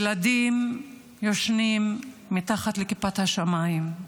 ילדים ישנים מתחת לכיפת השמיים,